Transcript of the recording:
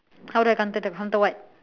how do I counter the counter what